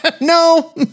No